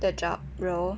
the job role